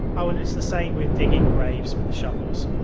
ah and it's the same with digging graves with the shovels.